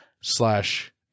slash